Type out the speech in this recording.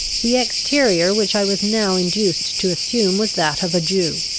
the exterior which i was now induced to assume was that of a jew.